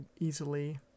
easily